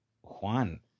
Juan